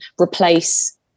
replace